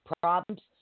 Problems